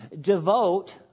devote